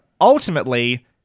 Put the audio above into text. ultimately